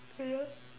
oh ya